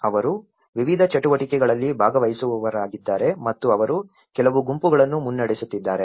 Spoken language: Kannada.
ಅವರು ವಿವಿಧ ಚಟುವಟಿಕೆಗಳಲ್ಲಿ ಭಾಗವಹಿಸುವವರಾಗಿದ್ದಾರೆ ಮತ್ತು ಅವರು ಕೆಲವು ಗುಂಪುಗಳನ್ನು ಮುನ್ನಡೆಸುತ್ತಿದ್ದಾರೆ